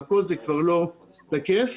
זה כבר לא תקף.